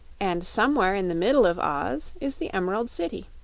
and somewhere in the middle of oz is the emerald city.